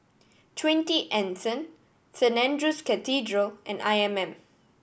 Twenty Anson Saint Andrew's Cathedral and I M M